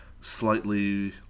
slightly